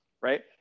right